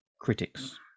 critics